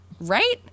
Right